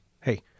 Hey